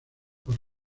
los